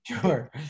Sure